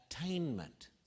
attainment